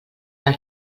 del